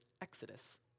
exodus